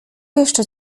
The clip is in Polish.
jeszcze